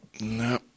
no